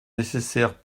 nécessaires